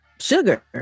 sugar